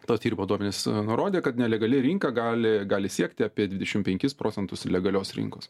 to tyrimo duomenys nurodė kad nelegali rinka gali gali siekti apie dvidešim penkis procentus legalios rinkos